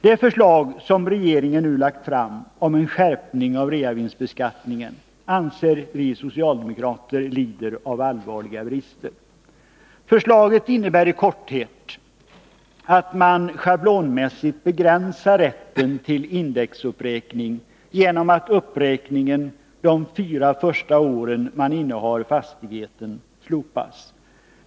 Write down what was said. Det förslag som regeringen nu har lagt fram om en skärpning av reavinstbeskattningen lider, anser vi socialdemokrater, av allvarliga brister. Förslaget innebär i korthet en schablonmässig begränsning av rätten till indexuppräkning genom att uppräkningen de fyra första åren man innehar fastigheten slopas.